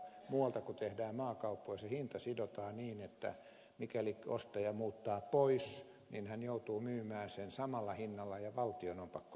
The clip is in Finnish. muualla kun tehdään maakauppoja se hinta sidotaan niin että mikäli ostaja muuttaa pois hän joutuu myymään sen samalla hinnalla ja valtion on pakko se ostaa